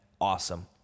awesome